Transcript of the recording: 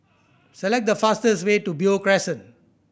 select the fastest way to Beo Crescent